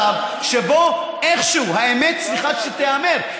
כבר הגענו למצב שבו איכשהו האמת צריכה שתיאמר,